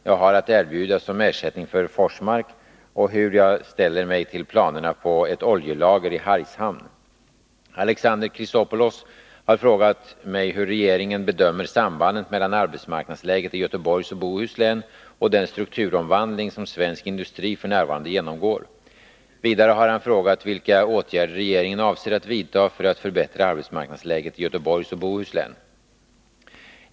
jag har att erbjuda som ersättning för Forsmark och hur jag ställer mig till planerna på ett oljelager i Hargshamn. Alexander Chrisopoulos har frågat mig hur regeringen bedömer sambandet mellan arbetsmarknadsläget i Göteborgs och Bohus län och den strukturomvandling som svensk industri f. n. genomgår. Vidare har han frågat vilka åtgärder regeringen avser att vidta för att förbättra arbetsmarknadsläget i Göteborgs och Bohus län.